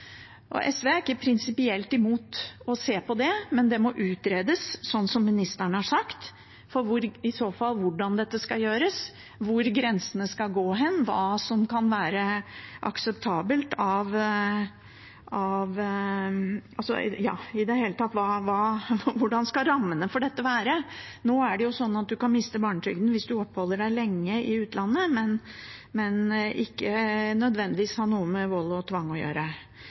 SV er ikke prinsipielt imot å se på det, men det må i så fall utredes, slik ministeren har sagt, hvordan dette skal gjøres, hvor grensene skal gå, hva som kan være akseptabelt, og i det hele tatt hvordan rammene for dette skal være. Nå kan man miste barnetrygden hvis man oppholder seg lenge i utlandet, men ikke nødvendigvis har noe med vold og tvang å gjøre.